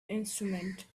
instrument